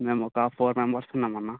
మేము ఒక four members ఉన్నాము అన్న